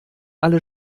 alle